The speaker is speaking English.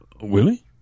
Willie